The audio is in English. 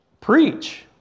preach